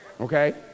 Okay